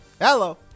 Hello